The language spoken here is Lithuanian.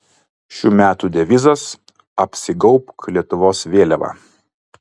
šių metų devizas apsigaubk lietuvos vėliava